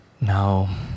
Now